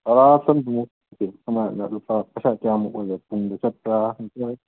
ꯑꯥ ꯑꯃꯅ ꯂꯨꯄꯥ ꯄꯩꯁꯥ ꯀꯌꯥꯃꯨꯛ ꯑꯣꯏꯕ ꯄꯨꯡꯅ ꯆꯠꯄ꯭ꯔꯥ